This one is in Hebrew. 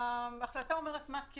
ההחלטה אומרת מה כן.